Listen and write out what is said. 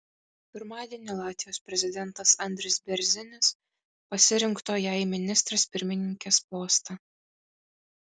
pirmadienį latvijos prezidentas andris bėrzinis pasirinkto ją į ministrės pirmininkės postą